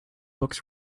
books